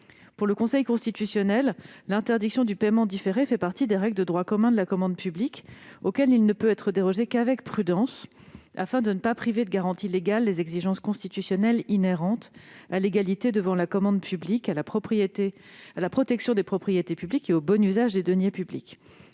Pour le Conseil constitutionnel, l'interdiction du paiement différé fait partie des règles de droit commun de la commande publique auxquelles il ne peut être dérogé qu'avec prudence, afin de ne pas priver de garanties légales les exigences constitutionnelles inhérentes à l'égalité devant la commande publique, à la protection des propriétés publiques et au bon usage des deniers publics.